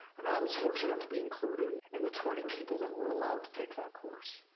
and i was fortunate to be included in the twenty people that were allowed to take that course.